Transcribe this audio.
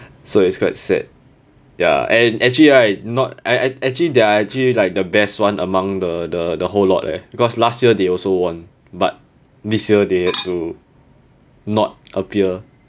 so it's quite sad ya and actually right not I I actually they are actually like the best one among the the the whole lot eh because last year they also won but this year they had to not appear